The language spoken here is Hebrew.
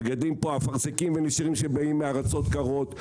מגדלים פה אפרסקים ונשירים שבאים מארצות קרות.